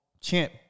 champ